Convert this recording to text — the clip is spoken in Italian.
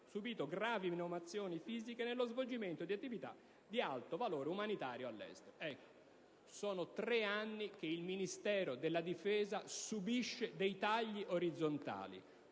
subìto gravi menomazioni fisiche nello svolgimento di attività di alto valore umanitario all'estero». Sono tre anni che il Ministero della difesa subisce dei tagli orizzontali;